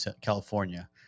California